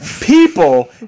people